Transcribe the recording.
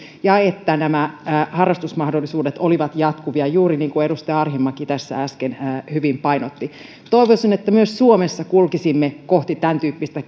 ja siitä että nämä harrastusmahdollisuudet olivat jatkuvia juuri niin kuin edustaja arhinmäki tässä äsken hyvin painotti toivoisin että myös suomessa kulkisimme kohti tämäntyyppistä